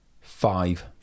five